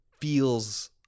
feels